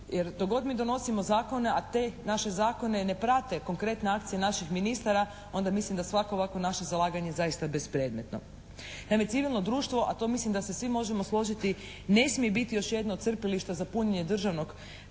jer dok god mi donosimo zakone, a te naše zakone ne prate konkretne akcije naših ministara onda mislim da svako ovako naše zalaganje zaista bespredmetno. Naime, civilno društvo, a to mislim da se svi možemo složiti ne smije biti još jedno crpilište za punjenje državnog